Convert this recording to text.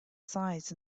size